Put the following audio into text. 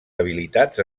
habilitats